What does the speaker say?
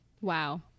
Wow